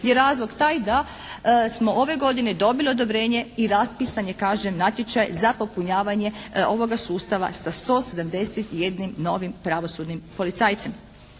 je razlog taj da smo ove godine dobili odobrenje i raspisan je kažem natječaj za popunjavanje ovoga sustava sa 171 novim pravosudnim policajcem.